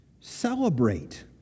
Celebrate